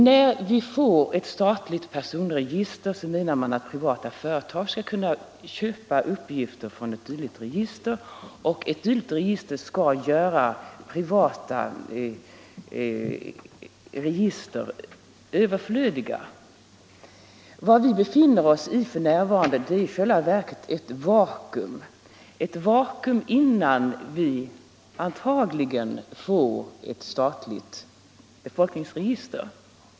När vi får ett statligt personregister menar man att privata företag skall kunna köpa uppgifter därifrån och att ett sådant register skall göra privata register överflödiga. Men vad vi f.n. befinner oss i är i själva verket ett vakuum innan vi — antagligen — får ett statligt befolkningsregister.